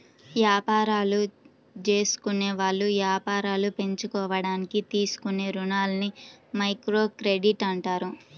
యాపారాలు జేసుకునేవాళ్ళు యాపారాలు పెంచుకోడానికి తీసుకునే రుణాలని మైక్రోక్రెడిట్ అంటారు